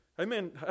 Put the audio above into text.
Amen